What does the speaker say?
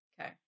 Okay